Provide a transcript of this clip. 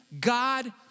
God